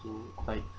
quite